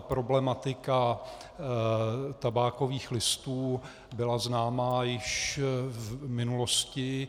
Problematika tabákových listů byla známa již v minulosti.